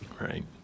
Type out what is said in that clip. Right